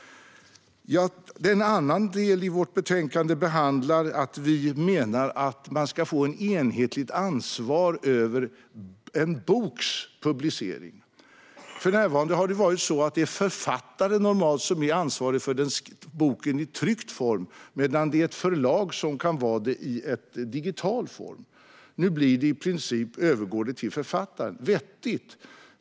En annan del av vårt betänkande behandlar ett enhetligt ansvar för en boks publicering. För närvarande är det normalt författaren som är ansvarig för boken i tryckt form medan ett förlag kan vara ansvarigt för boken i digital form. Nu övergår ansvaret i princip på författaren. Det är vettigt.